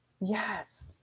Yes